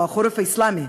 או החורף האסלאמי,